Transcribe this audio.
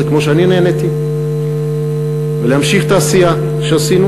כמו שאני נהניתי ולהמשיך את העשייה שעשינו,